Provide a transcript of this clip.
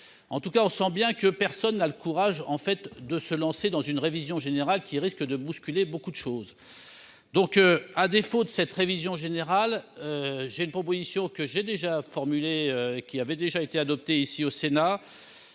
en tout cas, on sent bien que personne n'a le courage, en fait, de se lancer dans une révision générale qui risque de bousculer beaucoup de choses, donc, à défaut de cette révision générale, j'ai une proposition que j'ai déjà formulées, qui avait déjà été adopté ici au Sénat,